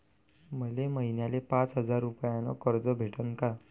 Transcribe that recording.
मले महिन्याले पाच हजार रुपयानं कर्ज भेटन का?